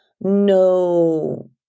no